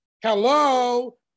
Hello